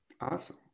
Awesome